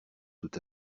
tout